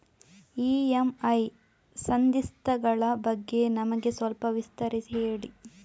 EMI ಸಂಧಿಸ್ತ ಗಳ ಬಗ್ಗೆ ನಮಗೆ ಸ್ವಲ್ಪ ವಿಸ್ತರಿಸಿ ಹೇಳಿ